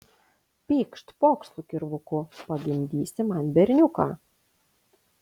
pykšt pokšt su kirvuku pagimdysi man berniuką